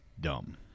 dumb